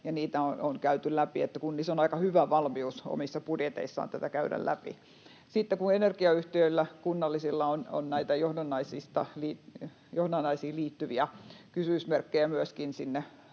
niitä on käyty läpi, niin että kunnissa on aika hyvä valmius omissa budjeteissaan tätä käydä läpi. Sitten kun kunnallisilla energiayhtiöillä on näitä johdannaisiin liittyviä kysymysmerkkejä myöskin sinne